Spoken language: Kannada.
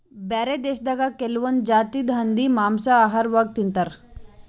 ಬ್ಯಾರೆ ದೇಶದಾಗ್ ಕೆಲವೊಂದ್ ಜಾತಿದ್ ಹಂದಿ ಮಾಂಸಾ ಆಹಾರವಾಗ್ ತಿಂತಾರ್